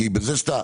כי בזה שאתה,